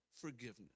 forgiveness